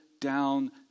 down